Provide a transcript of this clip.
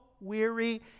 weary